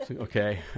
Okay